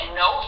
no